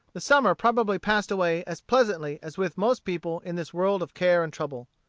the summer probably passed away as pleasantly as with most people in this world of care and trouble.